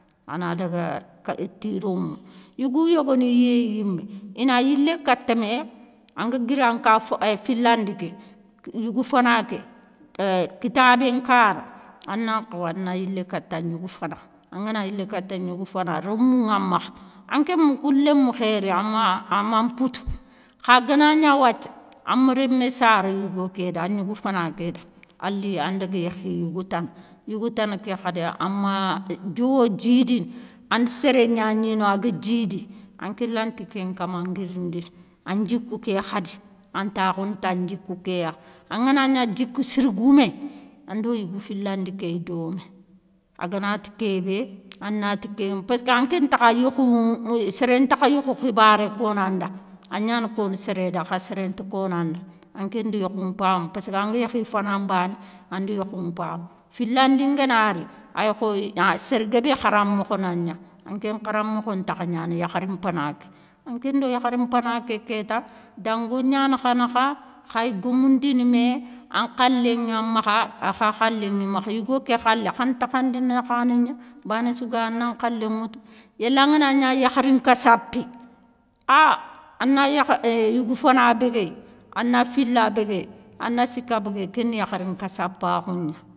A na daga ti rémou. Yougou yogo ni yéye yimé i na yilé kata mé. An ga giri an ka filandi ké, yougou fana ké kitabé nkara an na nkhawa an nan yilé katan gnougou fana. An ga na yilé kata gnougou fana, rémou ŋa makhe, anké ma kou lémou khéri a ma mpoutou. Xa ga nia wathie an ma rémé sare yougo ké da, an gnougou fana ké da, an li an daga yékhi yougo tane, yougou tane ké khadi an ma diowo djidine, an da séré nia gni no a gua djidi, anké lante ké nkama nguirindine. An djikou ké khade, an takhoune tan djikou ké ya. An ga na nia djikou sire goumé, an do yigou filandi kéye domé. A ga na ti ké bé, an na ti kéŋe paske anké ntakha yékhou séré ntakha yékhou khibaré konanda, an niane kone séré da xa séré nta kone anda. Anké di yékhou mpame paske an ga yékhi fana mbane ande yékhou mpame. Filandi nga na ri aye kho sére guébé kharamokho na nia anké nkharamokho ntakha niane yakhari mpana ké. Anké ndo yakhari mpana ké kéta dango niane kha nakha, khaye guémoundine mé, an nkhalé ŋan makha a kha khalé ŋe makhe. Yigo ké khalé kha ne takhandine nakhané nia, bané sou gaye a nan nkhalé ŋoute. Yéle an ŋa na nia yakhari nkassapé, a an na yougou fana béguéye, an na fila béguéye, an na sika béguéye ké ni yakhari nkassapakhou nia.